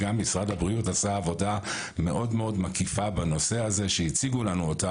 גם משרד הבריאות עשה עבודה מאוד מקיפה בנושא הזה שהציגו לנו,